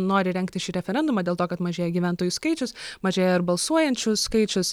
nori rengti šį referendumą dėl to kad mažėja gyventojų skaičius mažėja ir balsuojančių skaičius